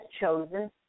chosen